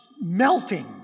melting